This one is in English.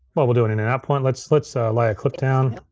but we'll do an in and out point. let's let's lay a clip down,